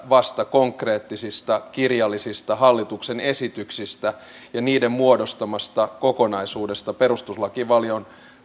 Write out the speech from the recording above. vasta konkreettisista kirjallisista hallituksen esityksistä ja niiden muodostamasta kokonaisuudesta perustuslakivaliokunnan